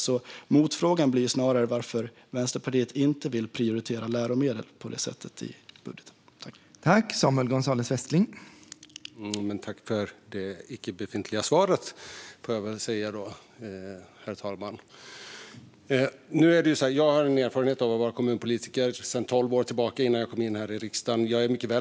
Min motfråga blir därför varför Vänsterpartiet inte vill prioritera läromedel i sin budget på detta sätt.